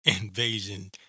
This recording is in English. invasion